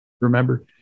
remember